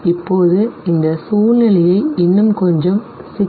இப்போது இந்த சூழ்நிலையை இன்னும் கொஞ்சம் சிக்கலாக்குவோம் சரி